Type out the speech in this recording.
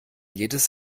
jedes